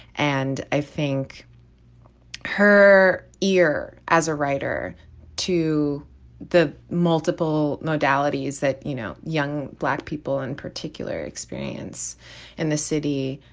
and i think her ear as a writer to the multiple modalities that, you know, young black people in particular experience in the city,